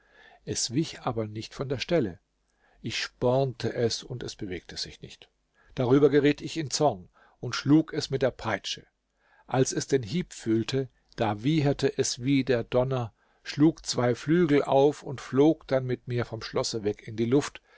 es wich aber nicht von der stelle ich spornte es und es bewegte sich nicht darüber geriet ich in zorn und schlug es mit der peitsche als es den hieb fühlte da wieherte es wie der donner schlug zwei flügel auf und flog dann mit mir vom schlosse weg in die luft